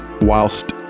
whilst